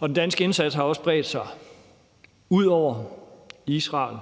Den danske indsats har også bredt sig ud over Israel